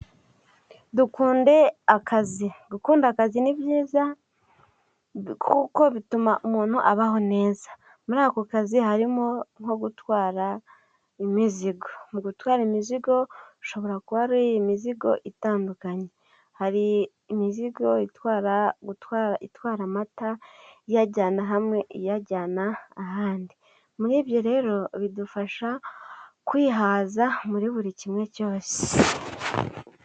Dukunde akazi gukunda akazi ni byiza, kuko bituma umuntu abaho neza, muri ako kazi harimo nko gutwara imizigo, mu gutwara imizigo, ushobora kuba ari mizigo itandukanye, hari imizigo itwara amata iyajyana hamwe iyajyana ahandi, muriibyo rero bidufasha kwihaza, muri buri kimwe cyose.